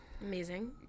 Amazing